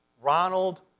Ronald